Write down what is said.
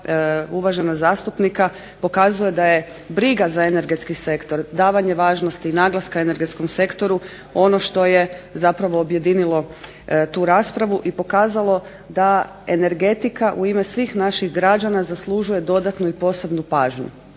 uvažena zastupnika pokazuje da je briga za energetski sektor davanje važnosti naglaska energetskom sektoru. Ono što je objedinilo tu raspravu i pokazalo da energetika u ime svih naših građana zaslužuje dodatnu i posebnu pažnju.